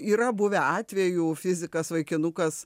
yra buvę atvejų fizikas vaikinukas